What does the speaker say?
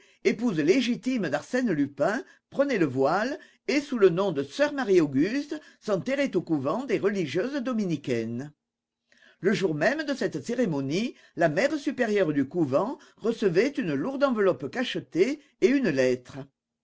épouse légitime d'arsène lupin prenait le voile et sous le nom de sœur marie auguste s'enterrait au couvent des religieuses dominicaines le jour même de cette cérémonie la mère supérieure du couvent recevait une lourde enveloppe cachetée et une lettre